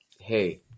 hey